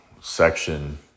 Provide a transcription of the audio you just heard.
section